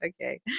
okay